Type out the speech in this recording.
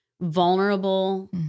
vulnerable